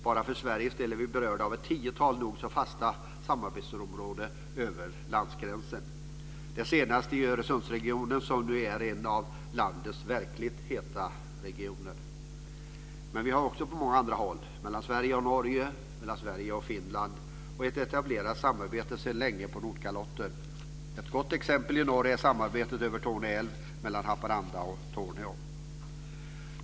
Bara för Sveriges del är vi berörda av ett tiotal nog så fasta samarbetsområden över landsgränsen, det senaste i Öresundsregionen som nu är en av landets verkligt heta regioner. Men vi har det också på många andra håll, mellan Sverige och Norge, mellan Sverige och Finland och ett etablerat samarbete sedan länge på Nordkalotten. Ett gott exempel i norr är samarbetet över Torne älv mellan Haparanda och Torneå.